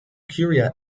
curia